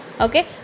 Okay